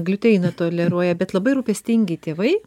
gliuteiną toleruoja bet labai rūpestingi tėvai